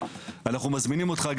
אנחנו מזמינים אותך,